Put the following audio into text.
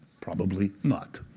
probably not.